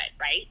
right